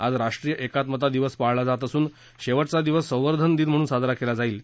आज राष्ट्रीय एकात्मता दिवस पाळला जात असून शेवटचा दिवस संवर्धन दिन म्हणून साजरा केला जाईल